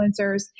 influencers